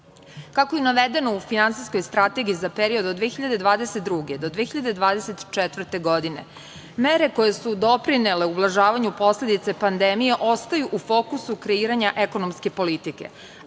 je i navedeno u Finansijskoj strategiji za period od 2022. godine do 2024. godine mere koje su doprinele ublažavanju posledica pandemije ostaju u fokusu kreiranja ekonomske politike,